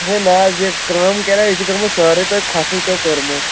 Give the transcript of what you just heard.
ہے نہ حظ یہِ کٲم کَرے یہِ چھِ گٔمٕژ سٲری تۄہہِ کھۄٹھٕے چھو کٔرمٕژ